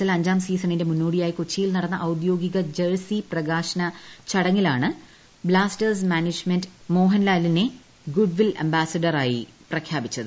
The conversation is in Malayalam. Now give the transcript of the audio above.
എൽ അഞ്ചാം സീസണിന്റെ മുന്നോടിയായി കൊച്ചിയിൽ നടന്ന ഔദ്യോഗിക ജേഴ്സി പ്രകാശ ചടങ്ങിലാണ് ബ്ലാസ്റ്റേഴ്സ് മാനേജ്മെന്റ് മോഹൻലാലിനെ ഗുഡ്വിൻ അംബാസിഡറായി പ്രഖ്യാപിച്ചത്